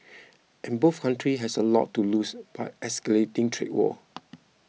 and both countries has a lot to lose by escalating trade war